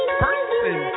person